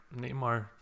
Neymar